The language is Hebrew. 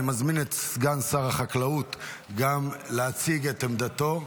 אני מזמין גם את סגן שר החקלאות להציג את עמדתו.